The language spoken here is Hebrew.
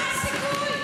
מה הסיכוי?